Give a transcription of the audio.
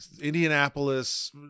Indianapolis